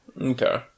Okay